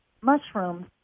mushrooms